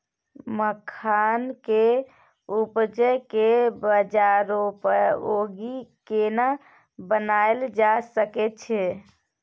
मखान के उपज के बाजारोपयोगी केना बनायल जा सकै छै?